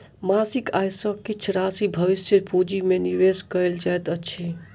मासिक आय सॅ किछ राशि भविष्य पूंजी में निवेश कयल जाइत अछि